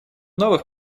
новых